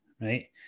right